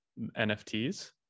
NFTs